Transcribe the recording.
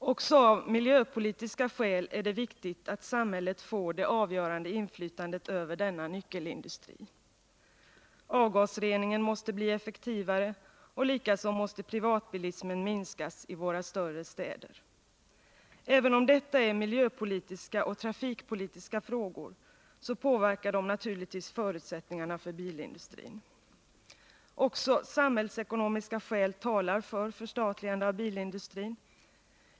Också av miljöpolitiska skäl är det viktigt att samhället får det avgörande inflytandet över denna nyckelindustri. Avgasreningen måste bli effektivare, och likaså måste privatbilismen minskas i våra större städer. Även om detta är miljöpolitiska och trafikpolitiska frågor, så påverkar de naturligtvis förutsättningarna för bilindustrin. Också samhällsekonomiska skäl talar för förstatligande av bilindustrin.